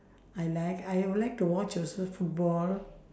I like I would like to watch also football